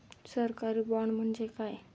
सरकारी बाँड म्हणजे काय?